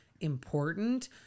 important